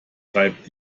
treibt